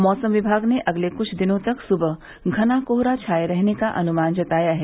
मौसम विमाग ने अगले कुछ दिनों तक सुबह घना कोहरा छाये रहने का अनुमान जताया है